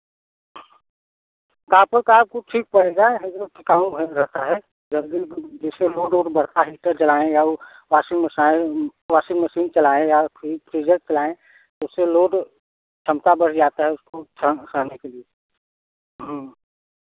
copper का आपको ठीक पड़ेगा हरदम टिकाऊ हिन रहता है गर्मी जैसे लोड वोड बढ़ता है हीटर जलाएँ या वह वाशिंग मशाईन वाशिंग मशीन चलाएँ या फ्रिज फ्रीजर चलाएँ उससे लोड क्षमता बढ़ जाता है उसको सहन सहने के लिए